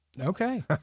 Okay